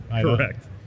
Correct